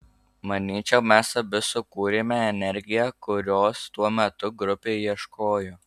manyčiau mes abi sukūrėme energiją kurios tuo metu grupė ieškojo